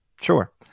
sure